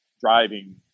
driving